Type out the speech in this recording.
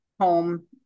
home